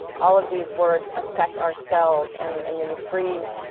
all of these words affect our cells, and and when you freeze.